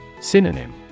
Synonym